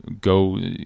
Go